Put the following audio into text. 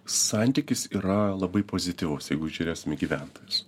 santykis yra labai pozityvus jeigu žiūrėsim į gyventojus